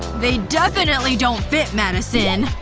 they definitely don't fit, madison,